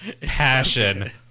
passion